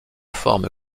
forme